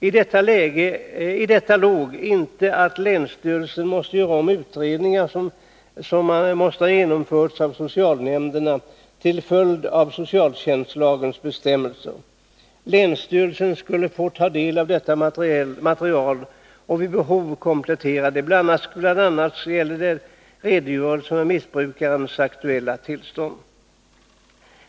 I detta låg inte att länsstyrelsen måste göra om de utredningar som ofta redan måste ha genomförts av socialnämnderna till följd av socialtjänstlagens bestämmelser. Länsstyrelsen skulle få ta del av detta material och vid behov komplettera det, bl.a. vad gällde redogörelsen för missbrukarens aktuella tillstånd.